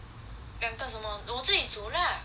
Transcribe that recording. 两个什么我自己煮 lah